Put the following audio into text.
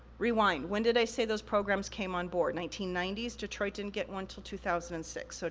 rewind, when did i say those programs came on board? nineteen ninety s, detroit didn't get one til two thousand and six. so,